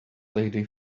lady